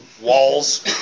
walls